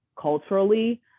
culturally